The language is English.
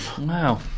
Wow